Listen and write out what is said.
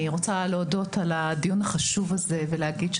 אני רוצה להודות על הדיון החשוב הזה ולהגיד,